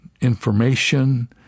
information